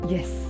Yes